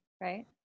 right